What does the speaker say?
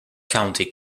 county